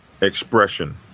expression